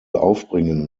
aufbringen